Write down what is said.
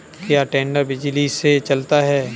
क्या टेडर बिजली से चलता है?